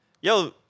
Yo